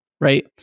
Right